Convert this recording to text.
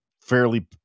fairly